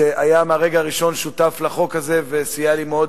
שהיה מהרגע הראשון שותף לחוק הזה וסייע לי מאוד